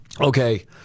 Okay